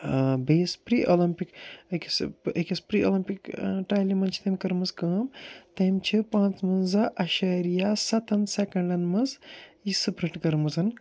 بیٚیِس pre Olympic أکِس أکِس پرٛی اولَمپِک ٹایلہِ منٛز چھِ تٔمۍ کٔرمٕژ کٲم تٔمۍ چھِ پنٛژوَنٛزاہ اَشیریہ سَتَن سٮ۪کَنٛڈَن منٛز یہِ سِپرِٹ کٔرٕمٕژ